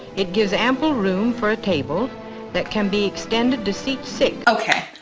it gives ample room for a table that can be extended to secrecy. okay,